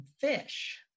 fish